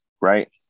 right